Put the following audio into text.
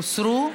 הוסרו.